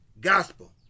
gospel